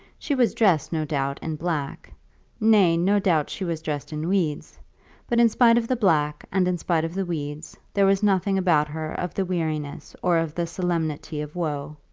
she was dressed, no doubt, in black nay, no doubt, she was dressed in weeds but in spite of the black and in spite of the weeds there was nothing about her of the weariness or of the solemnity of woe.